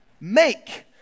make